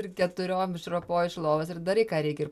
ir keturiom išropoji iš lovos ir darai ką reikia ir